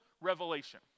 revelation